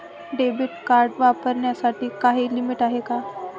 Debit card वापरण्यासाठी काही limit आहे का?